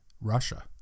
Russia